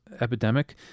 epidemic